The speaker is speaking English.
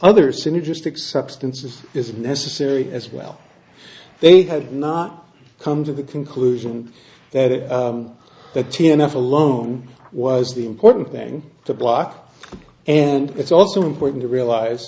other synergistic substances is necessary as well they had not come to the conclusion that the t n f alone was the important thing to block and it's also important to realize